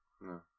No